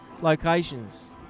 locations